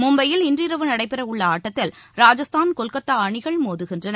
மும்பையில் இன்று இரவு நடைபெறவுள்ள ஆட்டத்தில் ராஜஸ்தான் கொல்கத்தா அணிகள் மோதுகின்றன